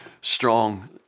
strong